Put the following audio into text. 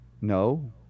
No